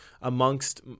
amongst